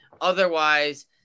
Otherwise